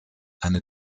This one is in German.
eine